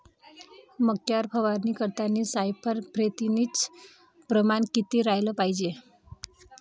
मक्यावर फवारनी करतांनी सायफर मेथ्रीनचं प्रमान किती रायलं पायजे?